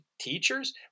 teachers